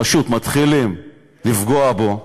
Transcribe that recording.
פשוט מתחילים לפגוע בו,